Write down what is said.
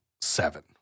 seven